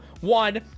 One